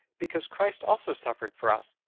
because christ also suffered for us,